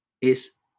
es